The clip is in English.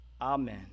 Amen